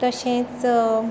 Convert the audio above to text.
तशेंच